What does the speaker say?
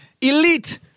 elite